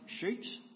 sheets